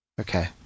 Okay